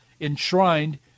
enshrined